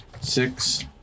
six